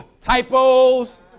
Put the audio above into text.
Typos